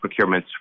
procurements